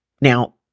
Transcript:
Now